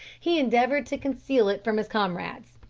he endeavoured to conceal it from his comrades.